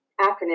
acronym